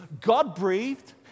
God-breathed